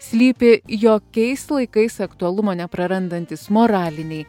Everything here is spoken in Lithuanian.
slypi jokiais laikais aktualumo neprarandantys moraliniai